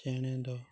ᱪᱮᱬᱮᱫᱚ